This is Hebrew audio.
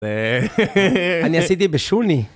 אני עשיתי בשוני.